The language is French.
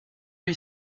lui